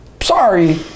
sorry